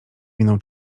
miną